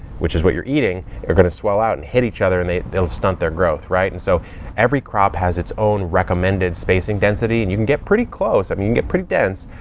which is what you're eating, they're going to swell out and hit each other and they'll they'll stunt their growth. right? and so every crop has its own recommended spacing density, and you can get pretty close. i mean, you can get pretty dense.